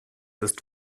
ist